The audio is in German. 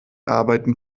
arbeiten